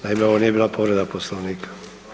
Naime, ovo nije bila povreda Poslovnika.